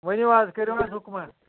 ؤنو حظ کٔرو حظ حُکمہ